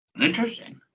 Interesting